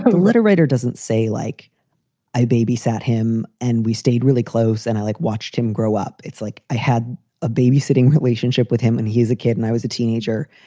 a little writer doesn't say like i babysat him and we stayed really close and i like watched him grow up. it's like i had a babysitting relationship with him and he's a kid and i was a teenager.